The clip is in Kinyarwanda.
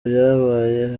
byabaye